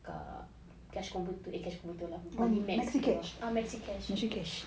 kat cash converter eh cash converter betul lah money max situ ah ah maxi cash